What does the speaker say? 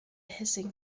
hissing